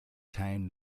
town